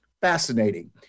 fascinating